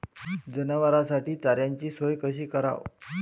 जनावराइसाठी चाऱ्याची सोय कशी लावाव?